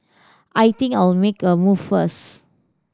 I think I'll make a move first